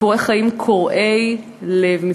סיפורי חיים קורעי לב,